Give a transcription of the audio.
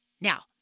Now